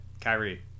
Kyrie